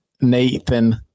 Nathan